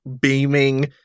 beaming